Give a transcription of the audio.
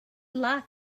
like